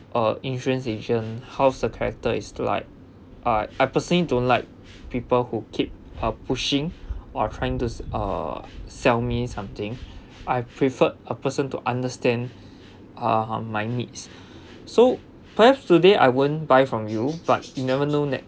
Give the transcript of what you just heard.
uh insurance agent how's the character is like I I personally don't like people who keep uh pushing or trying to s~ uh sell me something I preferred a person to understand ah hmm my needs so perhaps today I won't buy from you but you never know ne~